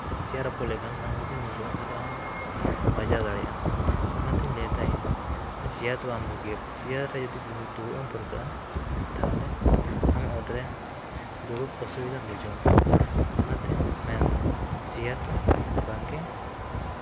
chair ᱨᱟᱹᱯᱩᱫ ᱞᱮᱱᱠᱷᱟᱱ ᱟᱢ ᱡᱩᱫᱤᱢ ᱧᱩᱨᱦᱩᱜᱼᱟ ᱛᱟᱦᱚᱞᱮ ᱟᱢ ᱵᱟᱡᱟᱣ ᱫᱟᱲᱮᱭᱟᱜ ᱟᱢ ᱚᱱᱟᱛᱮᱧ ᱞᱟᱹᱭᱫᱟ ᱤᱧᱫᱚ ᱪᱮᱭᱟᱨ ᱫᱚ ᱵᱟᱝ ᱵᱩᱜᱤᱭᱟ ᱪᱮᱭᱟᱨ ᱨᱮ ᱡᱩᱫᱤ ᱫᱩᱲᱩᱵ ᱮᱢ ᱯᱟᱹᱨᱠᱟᱹᱜᱼᱟ ᱛᱟᱦᱚᱞᱮ ᱟᱢ ᱚᱛᱨᱮ ᱫᱩᱲᱩᱵ ᱚᱥᱩᱵᱤᱫᱷᱟᱢ ᱵᱩᱡᱷᱟᱹᱣᱟ ᱚᱱᱟᱛᱮ ᱢᱮᱱᱫᱚ ᱪᱮᱭᱟᱨ ᱫᱚ ᱵᱟᱝᱜᱮ